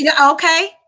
Okay